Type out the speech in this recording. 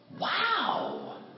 Wow